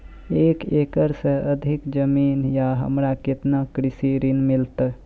एक एकरऽ से अधिक जमीन या हमरा केतना कृषि ऋण मिलते?